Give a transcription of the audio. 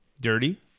dirty